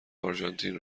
آرژانتین